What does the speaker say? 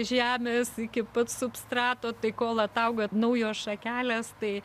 žemės iki pat substrato tai kol atauga naujos šakelės tai